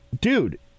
Dude